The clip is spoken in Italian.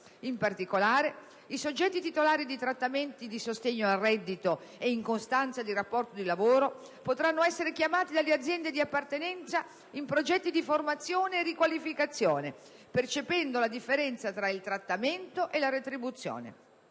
In particolare, i soggetti titolari di trattamenti di sostegno al reddito e in costanza di rapporto di lavoro potranno essere chiamati dalle aziende di appartenenza in progetti di formazione e riqualificazione, percependo la differenza tra il trattamento e la retribuzione.